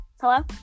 Hello